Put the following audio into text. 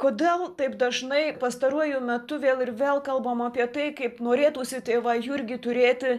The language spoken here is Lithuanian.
kodėl taip dažnai pastaruoju metu vėl ir vėl kalbama apie tai kaip norėtųsi tėvą jurgį turėti